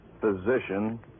physician